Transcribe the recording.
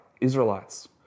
Israelites